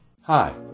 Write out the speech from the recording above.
hi